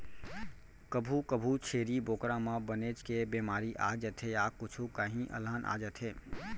कभू कभू छेरी बोकरा म बनेच के बेमारी आ जाथे य कुछु काही अलहन आ जाथे